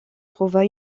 trouva